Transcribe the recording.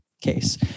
case